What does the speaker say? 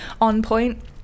on-point